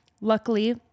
luckily